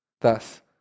Thus